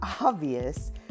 obvious